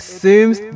seems